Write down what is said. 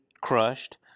crushed